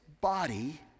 body